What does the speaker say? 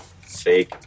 fake